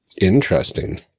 Interesting